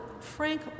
Frank